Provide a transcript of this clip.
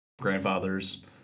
grandfathers